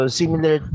similar